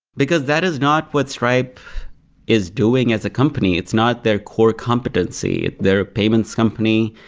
because that is not what's stripe is doing as a company. it's not their core competency. they're a payments company.